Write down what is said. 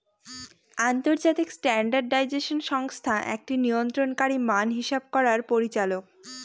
আন্তর্জাতিক স্ট্যান্ডার্ডাইজেশন সংস্থা একটি নিয়ন্ত্রণকারী মান হিসাব করার পরিচালক